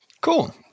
Cool